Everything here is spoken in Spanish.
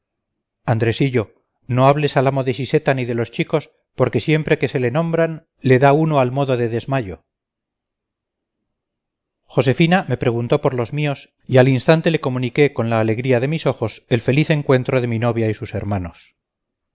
andresillo no hables al amo de siseta ni de los chicos porque siempre que se le nombran le da uno al modo de desmayo josefina me preguntó por los míos y al instante le comuniqué con la alegría de mis ojos el infeliz encuentro de mi novia y sus hermanos